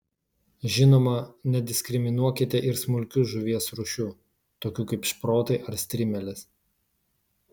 žinoma nediskriminuokite ir smulkių žuvies rūšių tokių kaip šprotai ar strimelės